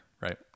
right